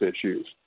issues